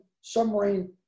submarine